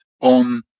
on